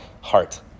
heart